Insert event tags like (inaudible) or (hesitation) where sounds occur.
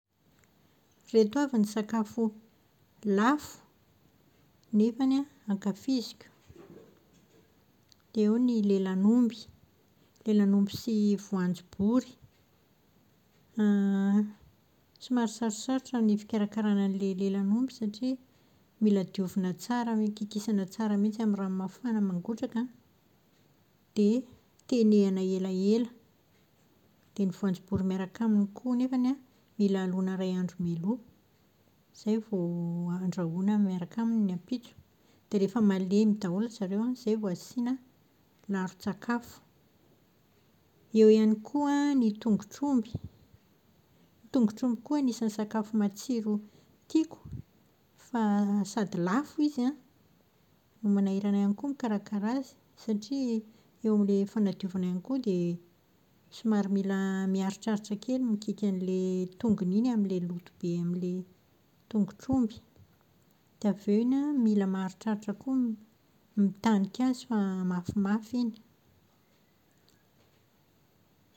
Ierto avy ny sakafo lafo nefany an, ankafiziko. Dia eo ny lelan'omby. Lelan'omby sy voanjobory. (hesitation) Somary sarotsarotra ny fikarakarana an'ilay lelan'omby satria mila diovina tsara kikisana tsara mihitsy amin'ny rano mafana mangotraka dia tenehina elaela. Dia ny voanjobory miaraka aminy koa anefany an, mila alona iray andro mialoha izay vao andrahoina miaraka aminy ny ampitso. Dia rehefa malemy daholo zareo an, izay vao asiana laron-tsakafo. Eo ihany koa ny tongotr'omby. Ny tongotr'omby ihany koa anisan'ny sakafo matsiro tiako fa sady lafo izy an, no manahirana ihany koa ny mikarakara azy satria eo amin'ilay fanadiovana ihany koa dia somary mila miaritraritra kely mikiky an'ilay tongony iny amin'ilay loto be amin'ilay tongotr'omby. Dia avy eo iny an, mila maharitraritra koa mitanika azy fa mafimafy iny.